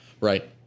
right